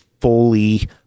fully